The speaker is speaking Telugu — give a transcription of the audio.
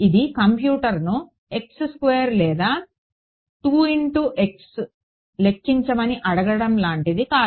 ఇది కంప్యూటర్ను లేదా లెక్కించమని అడగడం లాంటిది కాదు